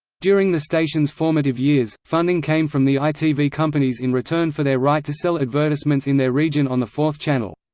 during the station's formative years, funding came from the itv companies in return for their right to sell advertisements in their region on the fourth channel.